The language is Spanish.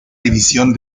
división